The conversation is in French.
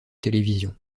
télévision